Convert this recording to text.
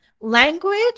language